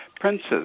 princes